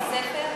שאני אביא ספר?